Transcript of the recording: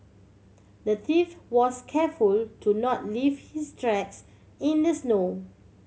the thief was careful to not leave his tracks in the snow